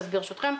ברשותכם,